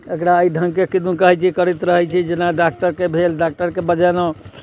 एकरा एहि ढङ्गके किदन कहै छै करैत रहै छियै जेना डाक्टरके भेल डाक्टरके बजेलहुँ